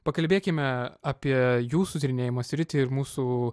pakalbėkime apie jūsų tyrinėjimo sritį ir mūsų